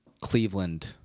Cleveland